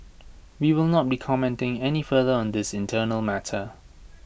we will not be commenting any further on this internal matter